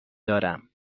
دارم